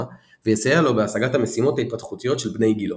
ויסייע לו בהשגת המשימות ההתפתחותיות של בני גילו.